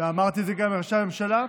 ואמרתי את זה גם לראשי הממשלה,